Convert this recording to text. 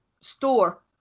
store